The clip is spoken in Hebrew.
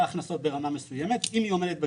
הכנסות ברמה מסוימת ואם היא עומדת בקריטריונים,